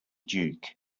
duke